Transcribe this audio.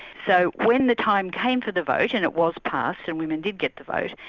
so when the time came for the vote, and it was passed, and women did get the vote,